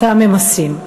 אותה ממסים.